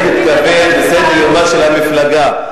אני מתכוון לסדר-יומה של המפלגה.